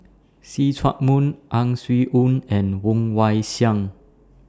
See Chak Mun Ang Swee Aun and Woon Wah Siang